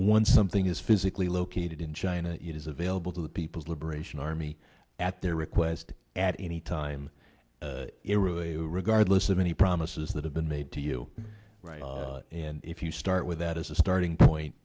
once something is physically located in china it is available to the people's liberation army at their request at any time eroei regardless of any promises that have been made to you and if you start with that as a starting point